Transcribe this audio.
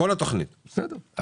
בסדר.